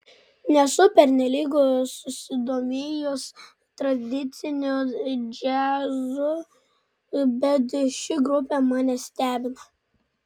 nesu pernelyg susidomėjus tradiciniu džiazu bet ši grupė mane stebina